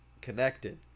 connected